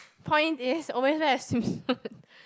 point is always wear a swimsuit